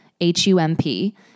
H-U-M-P